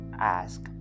ask